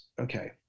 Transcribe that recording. okay